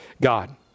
God